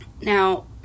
Now